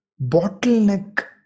bottleneck